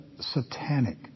satanic